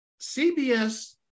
CBS